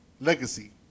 legacy